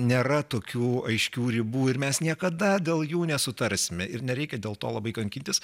nėra tokių aiškių ribų ir mes niekada dėl jų nesutarsime ir nereikia dėl to labai kankintis